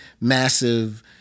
massive